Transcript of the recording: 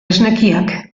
esnekiak